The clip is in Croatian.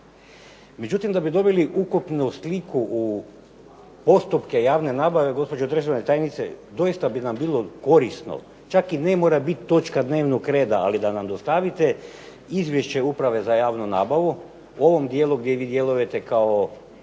Međutim, da biste dobili ukupnu sliku u postupke javne nabave, gospođo državna tajnice, doista bi nam bilo korisno, čak i ne mora biti točka dnevnog reda, ali da nam dostavite izvješće Uprave za javnu nabavu u ovom dijelu gdje vi djelujete kao